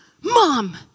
Mom